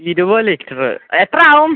ഇരുപ litre എത്രയാവും